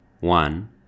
one